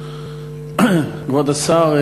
כבוד השר,